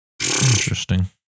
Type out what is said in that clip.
Interesting